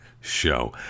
show